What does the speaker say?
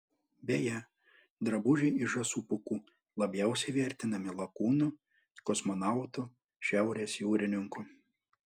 beje drabužiai iš žąsų pūkų labiausiai vertinami lakūnų kosmonautų šiaurės jūrininkų